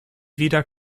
wieder